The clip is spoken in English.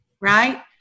Right